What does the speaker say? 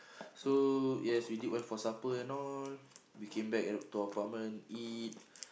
so yes we did went for supper and all we came back at to our apartment eat